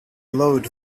glowed